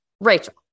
Rachel